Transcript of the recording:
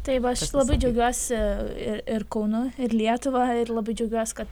tai va aš labai džiaugiuosi ir ir kaunu ir lietuva ir labai džiaugiuos kad